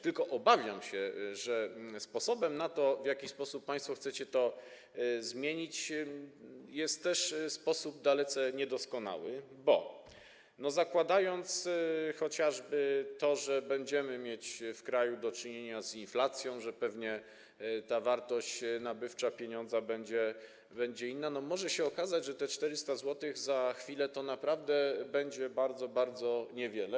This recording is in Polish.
Tylko obawiam się, że sposób, w jaki państwo chcecie to zmienić, jest też sposobem dalece niedoskonałym, bo zakładając chociażby to, że będziemy mieć w kraju do czynienia z inflacją, że pewnie ta wartość nabywcza pieniądza będzie inna, może się okazać, że te 400 zł za chwilę to naprawdę będzie bardzo, bardzo niewiele.